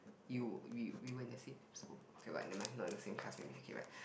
you we were in the same school but never mind not in the same class with me okay but